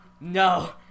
no